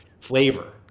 flavor